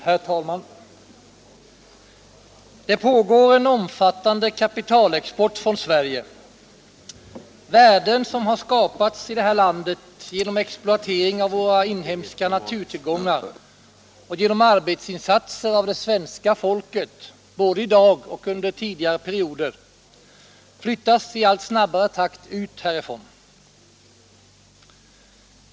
Herr talman! Det pågår en omfattande kapitalexport från Sverige. Värden som har skapats i det här landet genom exploatering av våra inhemska naturtillgångar och genom arbetsinsatser av det svenska folket både i dag och under tidigare perioder flyttas i allt snabbare takt ut härifrån.